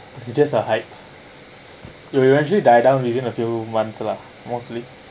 it just a height you will actually die down within a few months lah mostly